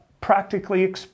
practically